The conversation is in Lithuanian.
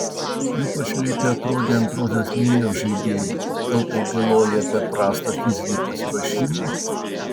ypač lėti atrodė antrosios linijos žaidėjai gal tai byloja apie prastą fizinį pasiruošimą